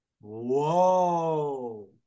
Whoa